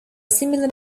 similar